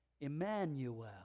Emmanuel